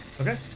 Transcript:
Okay